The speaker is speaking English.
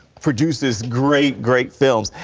produces great, great films.